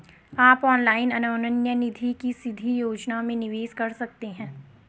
आप ऑनलाइन अन्योन्य निधि की सीधी योजना में निवेश कर सकते हैं